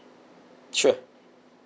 sure